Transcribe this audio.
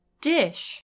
Dish